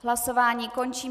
Hlasování končím.